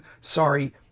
Sorry